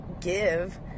give